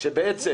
שבעצם